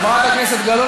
חברת הכנסת גלאון,